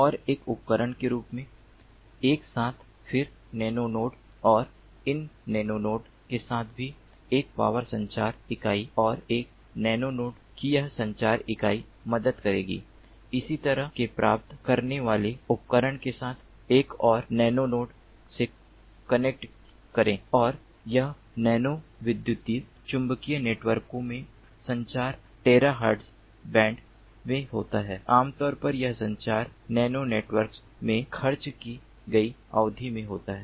और एक उपकरण के रूप में एक साथ फिर नैनोनोड और इस नैनोनोड के साथ भी एक नैनो संचार इकाई और एक नैनोनोड की यह संचार इकाई मदद करेगी इसी तरह के प्राप्त करने वाले उपकरण के साथ एक और नैनोनोड से कनेक्ट करें और यह नैनोविद्युत चुम्बकीय नेटवर्कों में संचार टेराहर्ट्ज़ बैंड में होता है आमतौर पर यह संचार नैनो नेटवर्क में खर्च की गई अवधि में होता है